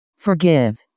Forgive